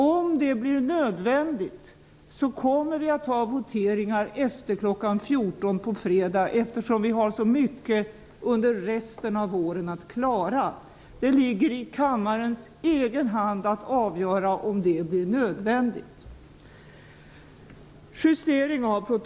Om det blir nödvändigt kommer vi att ha voteringar efter kl. 14.00 på fredag, eftersom vi har så mycket att klara av under resten av våren. Det ligger i kammarens egen hand att avgöra om det blir nödvändigt.